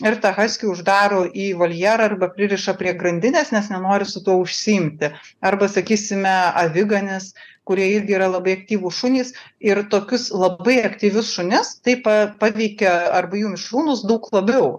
ir haskį uždaro į voljerą arba pririša prie grandinės nes nenori su tuo užsiimti arba sakysime aviganis kurie irgi yra labai aktyvūs šunys ir tokius labai aktyvius šunis taip paveikia arba jų mišrūnus daug labiau